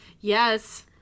Yes